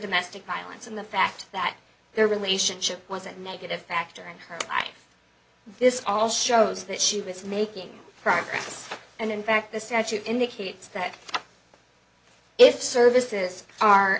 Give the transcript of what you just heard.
domestic violence and the fact that their relationship was a negative factor in her life this all shows that she was making progress and in fact the statute indicates that if services are